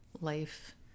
life